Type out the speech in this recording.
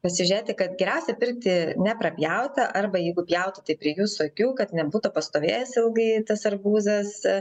pasižiūrėti kad geriausia pirkti neprapjautą arba jeigu pjautą tai prie jūsų akių kad nebūtų pastovėjęs ilgai tas arbūzas